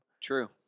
True